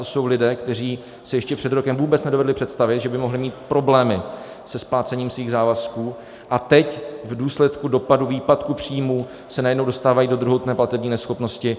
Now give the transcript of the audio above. To jsou lidé, kteří si ještě před rokem vůbec nedovedli představit, že by mohli mít problémy se splácením svých závazků, a teď v důsledku dopadu výpadku příjmů se najednou dostávají do druhotné platební neschopnosti.